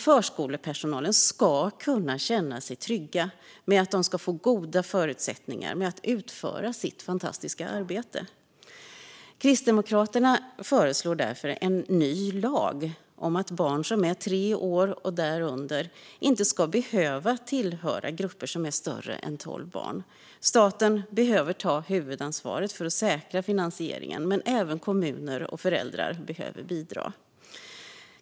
Förskolepersonalen ska kunna känna sig trygg med att de ska få goda förutsättningar för att utföra sitt fantastiska arbete. Kristdemokraterna föreslår därför en ny lag om att barn som är tre år och därunder inte ska behöva tillhöra grupper som är större än tolv barn. Staten behöver ta huvudansvaret för att säkra finansieringen, men även kommuner och föräldrar behöver bidra.